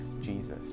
Jesus